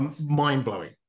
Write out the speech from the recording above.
mind-blowing